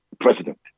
president